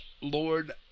Lord